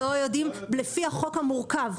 הם לא יודעים לפי החוק המורכב,